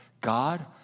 God